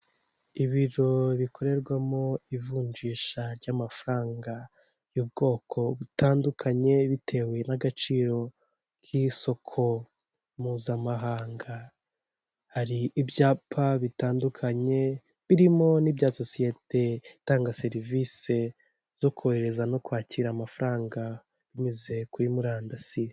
Ibiro bikorerwamo ivunjisha ry'amafaranga y'ubwoko butandukanye bitewe n'agaciro k'isoko mpuzamahanga, hari ibyapa bitandukanye birimo n'ibya sosiyete itanga serivisi zo kohereza no kwakira amafaranga binyuze kuri murandasi.